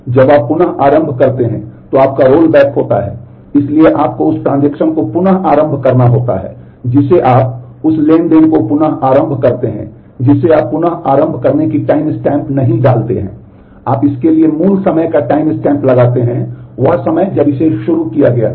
जब आप पुनः आरंभ करते हैं तो आपका रोलबैक होता है इसलिए आपको उस ट्रांजेक्शन और रोलबैक होना था